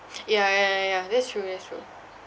ya ya ya ya ya that's true that's true